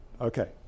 Okay